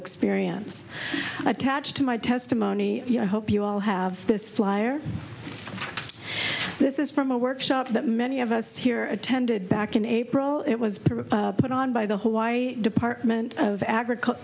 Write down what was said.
experience attached to my testimony i hope you all have this flyer this is from a workshop that many of us here attended back in april it was put on by the hawaii department of agriculture